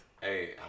Hey